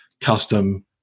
custom